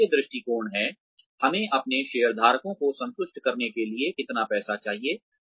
वित्तीय दृष्टिकोण है हमें अपने शेयरधारकों को संतुष्ट करने के लिए कितना पैसा चाहिए